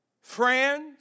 Friends